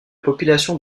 population